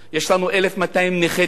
יש לנו 1,200 נכי צה"ל.